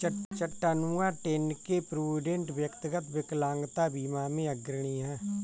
Chattanooga, Tenn के Provident, व्यक्तिगत विकलांगता बीमा में अग्रणी हैं